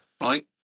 right